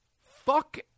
Fuck